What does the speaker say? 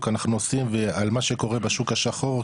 אנחנו עושים ועל מה שקורה בשוק השחור,